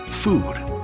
food,